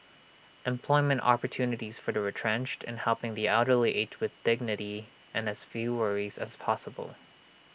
employment opportunities for the retrenched and helping the elderly age with dignity and as few worries as possible